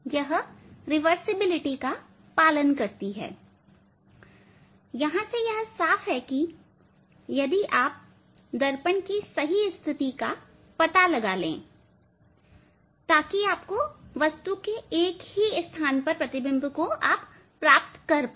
यह रिवर्सिबिलिटी का पालन करती है यहां से यह साफ है कि यदि आप दर्पण की सही स्थिति का पता लगा ले ताकि आप वस्तु के एक ही स्थान पर प्रतिबिंब को प्राप्त कर पाए